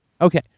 Okay